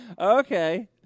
Okay